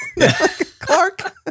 clark